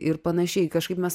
ir panašiai kažkaip mes